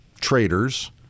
traders